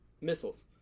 missiles